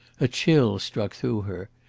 a chill struck through her.